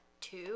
two